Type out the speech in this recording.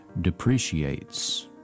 depreciates